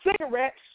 cigarettes